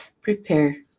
Prepare